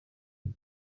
ati